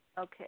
Okay